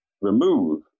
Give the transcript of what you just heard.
remove